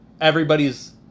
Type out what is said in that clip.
everybody's